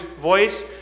voice